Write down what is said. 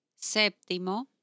séptimo